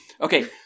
Okay